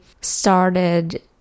started